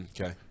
Okay